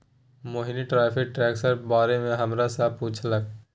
मोहिनी tariff टैक्सक बारे मे हमरा सँ पुछलक